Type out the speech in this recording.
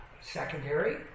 Secondary